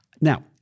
Now